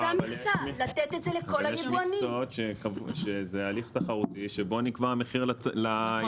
יש מכסות שזה הליך תחרותי, שבו נקבע המחיר לצרכן.